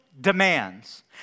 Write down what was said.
demands